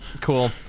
Cool